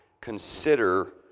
consider